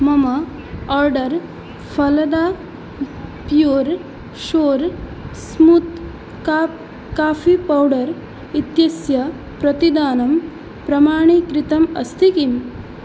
मम आर्डर् फलदा pure shore smooth cup coffee powder इत्यस्य प्रतिदानं प्रमाणीकृतम् अस्ति किम्